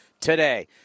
today